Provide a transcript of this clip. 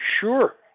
sure